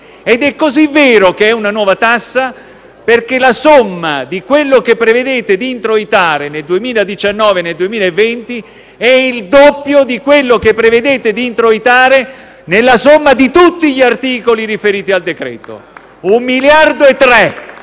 Ed è così vero che è una nuova tassa, che la somma di quello che prevedete di introitare nel 2019 e nel 2020 è il doppio di quello che prevedete di introitare con la somma di tutti gli articoli riferiti al decreto: 1,3 miliardi solo